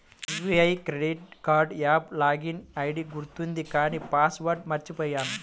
SBI credit card app login ID గుర్తుంది కానీ password మర్చిపొయ్యాను